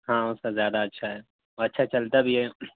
ہاں اس کا زیادہ اچھا ہے اور اچھا چلتا بھی ہے